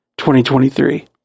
2023